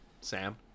Sam